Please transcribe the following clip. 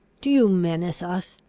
do you menace us?